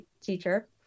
Teacher